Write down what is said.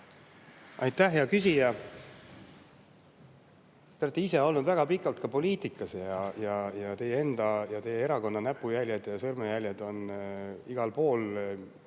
Aitäh, hea küsija! Te olete ise olnud väga pikalt poliitikas, teie enda ja teie erakonna näpujäljed ja sõrmejäljed on [näha] igal pool